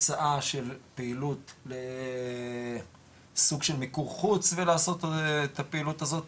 הוצאה של פעילות לסוג של מיקור חוץ ולעשות את הפעילות הזאת,